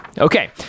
Okay